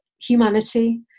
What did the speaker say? humanity